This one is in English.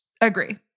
Agree